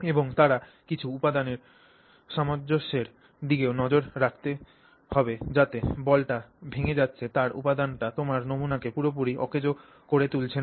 এবং তারা কিছু উপাদানের সামঞ্জস্যের দিকেও নজর রাখবে যাতে যে বলটি ভেঙে যাচ্ছে তার উপাদানটি তোমার নমুনাকে পুরোপুরি অকেজো করে তুলছে না